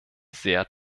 sehr